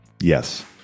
Yes